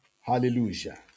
Hallelujah